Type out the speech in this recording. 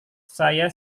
saya